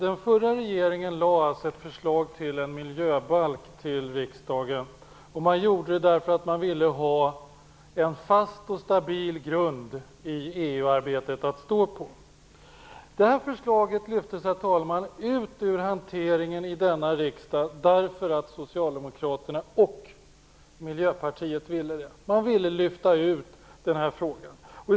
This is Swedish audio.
Den förra regeringen lade fram ett förslag till en miljöbalk till riksdagen. Det gjorde man därför att man ville ha en fast och stabil grund att stå på i EU-arbetet. Det förslaget lyftes ut ur hanteringen i riksdagen därför att Socialdemokraterna och Miljöpartiet ville det. De ville lyfta ut den här frågan.